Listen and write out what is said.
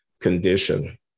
condition